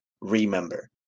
remember